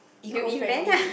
eco friendly